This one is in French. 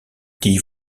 dict